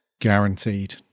guaranteed